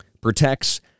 protects